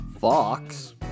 fox